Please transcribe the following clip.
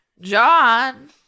john